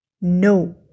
No